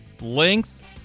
length